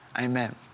Amen